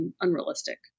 unrealistic